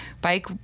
bike